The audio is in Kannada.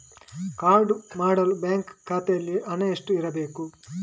ಕಾರ್ಡು ಮಾಡಲು ಬ್ಯಾಂಕ್ ಖಾತೆಯಲ್ಲಿ ಹಣ ಎಷ್ಟು ಇರಬೇಕು?